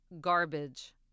garbage